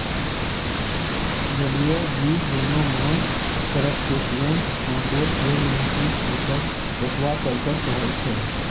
जलीय जीब जेना माछ, क्रस्टेशियंस, काँकोर केर नियंत्रित पोसब एक्वाकल्चर कहय छै